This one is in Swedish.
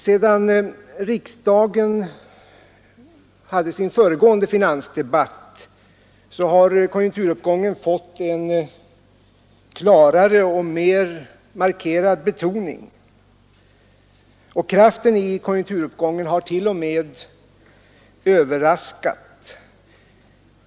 Sedan riksdagen hade sin föregående debatt har konjunkturuppgången fått en klarare och mer markerad betoning, och kraften i den har t.o.m. överraskat.